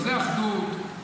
זה אחדות,